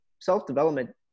self-development